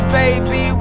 baby